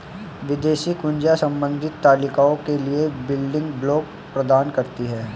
विदेशी कुंजियाँ संबंधित तालिकाओं के लिए बिल्डिंग ब्लॉक प्रदान करती हैं